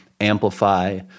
amplify